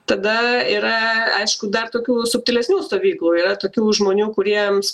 tada yra aišku dar tokių subtilesnių stovyklų yra tokių žmonių kuriems